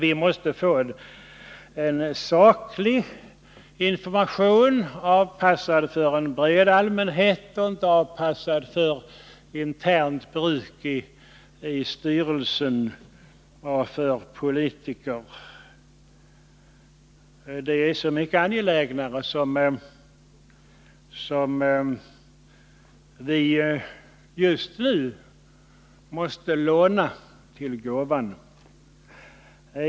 Vi måste få en saklig information, avpassad för en bred allmänhet och inte avpassad för internt bruk i SIDA:s styrelse och för politiker. Detta är så mycket mer angeläget som vi just nu måste låna till gåvan.